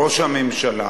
ראש הממשלה